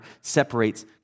separates